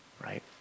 right